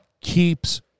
keeps